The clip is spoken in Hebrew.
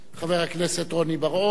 חבר הכנסת רוני בר-און.